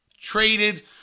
traded